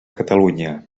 catalunya